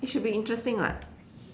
it should be interesting [what]